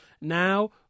Now